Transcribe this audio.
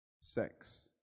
sex